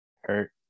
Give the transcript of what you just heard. Hurt